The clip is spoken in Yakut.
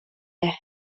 эрэ